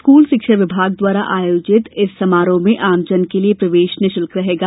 school शिक्षा विभाग द्वारा आयोजित इस समारोह में आमजन के लिये प्रवेश निःशुल्क रहेगा